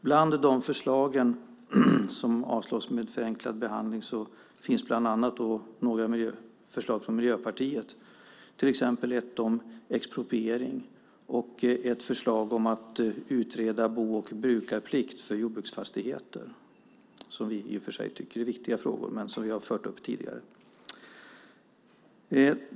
Bland de förslag som har avstyrkts med förenklad behandling finns bland annat några förslag från Miljöpartiet, till exempel ett förslag om expropriering och ett om att utreda bo och brukarplikt för jordbruksfastigheter, som vi i och för sig tycker är viktiga frågor men som vi har fört fram tidigare.